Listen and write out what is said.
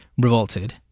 revolted